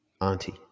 auntie